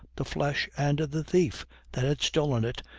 the flesh, and the thief that had stolen it,